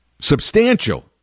substantial